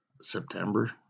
September